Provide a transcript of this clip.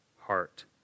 heart